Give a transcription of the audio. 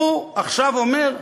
הוא עכשיו אומר,